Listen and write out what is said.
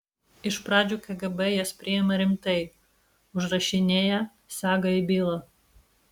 iš pradžių kgb jas priima rimtai užrašinėja sega į bylą